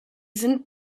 sind